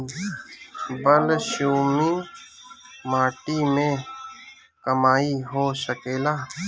बलसूमी माटी में मकई हो सकेला?